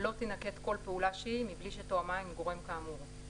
לא תינקט כל פעולה שהיא מבלי שתואמה עם גורם כאמור.